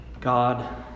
God